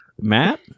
Matt